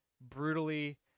brutally